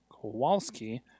Kowalski